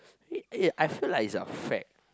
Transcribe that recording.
eh I feel like it's a fact